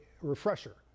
refresher